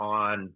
on